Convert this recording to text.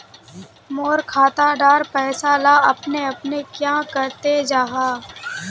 मोर खाता डार पैसा ला अपने अपने क्याँ कते जहा?